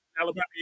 Alabama